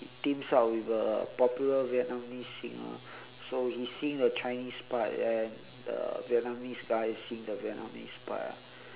teams up with a popular vietnamese singer so he sing the chinese part and the vietnamese guy sing the vietnamese part ah